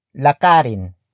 Lakarin